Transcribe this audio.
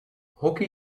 hockey